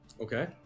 Okay